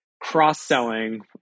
cross-selling